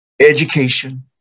education